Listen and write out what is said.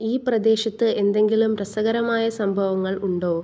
ഈ പ്രദേശത്ത് എന്തെങ്കിലും രസകരമായ സംഭവങ്ങൾ ഉണ്ടോ